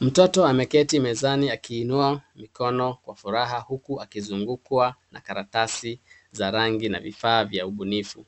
Mtoto ameketi mezani akiinua mikono kwa furaha huku akizungukwa na karatasi na rangi na vifaa vya ubunifu .